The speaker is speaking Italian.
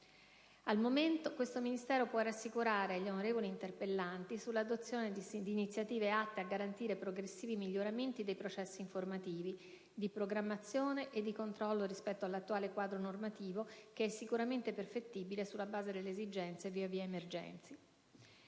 pertanto, questo Ministero può rassicurare gli onorevoli interpellanti sull'adozione di iniziative atte a garantire progressivi miglioramenti dei processi informativi, di programmazione e di controllo rispetto all'attuale quadro normativo che è sicuramente perfettibile sulla base delle esigenze via via emergenti.